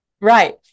right